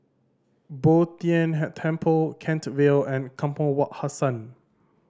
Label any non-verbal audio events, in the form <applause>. Bo Tien <unintelligible> Temple Kent Vale and Kampong Wak Hassan